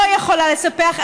לא יכולה לספח.